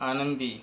आनंदी